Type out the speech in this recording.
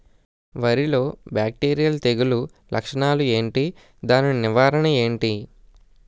వరి లో బ్యాక్టీరియల్ తెగులు లక్షణాలు ఏంటి? దాని నివారణ ఏంటి?